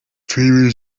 filimi